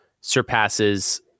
surpasses